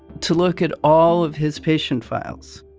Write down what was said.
to look at all of his patient files.